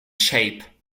shape